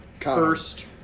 first